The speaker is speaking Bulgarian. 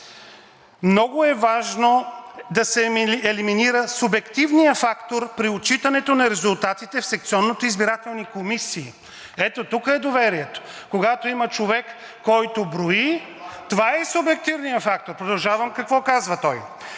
„Много е важно да се елиминира субективният фактор при отчитането на резултатите в секционните избирателни комисии“ – ето тук е доверието! Когато има човек, който брои, това ли е субективният фактор?! Продължавам, какво казва той: